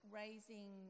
raising